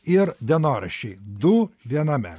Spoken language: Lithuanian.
ir dienoraščiai du viename